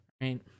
Right